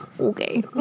okay